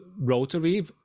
rotary